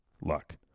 luck